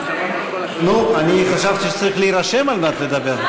נו, חשבתי שצריך להירשם על מנת לדבר.